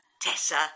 Tessa